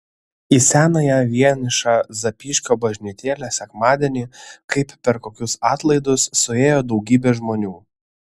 į senąją vienišą zapyškio bažnytėlę sekmadienį kaip per kokius atlaidus suėjo daugybė žmonių